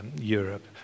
Europe